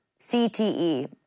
CTE